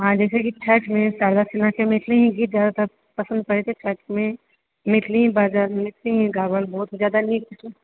हँ जैसे छठिमे शारदा सिन्हाके मैथिली गीत ज्यादातर पसन्द करैत छै छठिमे मैथिली बाजल मैथिलीमे गाओल बहुत ज्यादा नीक